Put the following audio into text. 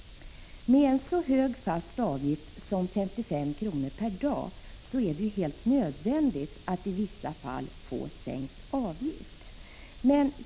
Med en så hög fast avgift som 55 kr. per dag är det helt nödvändigt att i vissa fall kunna få sänkt avgift.